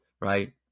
Right